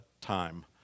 time